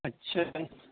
اچھا